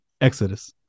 Exodus